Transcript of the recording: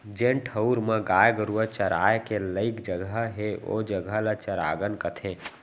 जेन ठउर म गाय गरूवा चराय के लइक जघा हे ओ जघा ल चरागन कथें